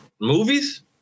Movies